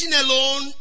alone